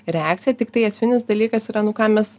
reakcija tiktai esminis dalykas yra nu ką mes